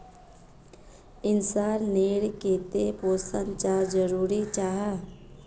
इंसान नेर केते पोषण चाँ जरूरी जाहा?